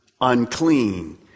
unclean